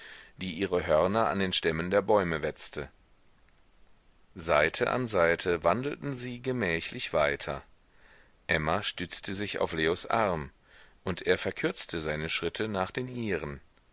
die ihre hörner an den stämmen der bäume wetzte seite an seite wandelten sie gemächlich weiter emma stützte sich auf leos arm und er verkürzte seine schritte nach den ihren